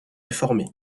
réformé